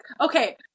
Okay